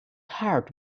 heart